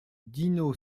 dino